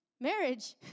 marriage